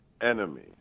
enemy